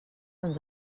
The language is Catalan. ens